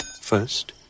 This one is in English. First